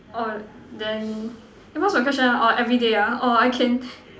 oh then eh what's your question oh everyday oh I can